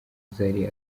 zari